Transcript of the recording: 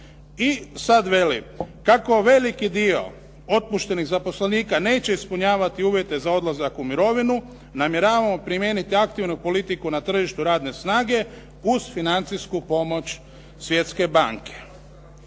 I sada veli kako veliki dio otpuštenih zaposlenika neće ispunjavati uvjete za odlazak u mirovinu namjeravamo primijeniti aktivu politiku na tržištu radne snage uz financijsku pomoć Svjetske banke".